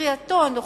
בקריאתו הנוכחית,